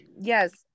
yes